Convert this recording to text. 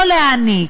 לא "להעניק",